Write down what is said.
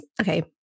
okay